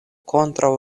kontraŭ